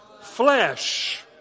flesh